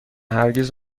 هرگز